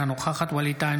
אינה נוכחת ווליד טאהא,